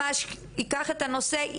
שיקח את הנושא הזה,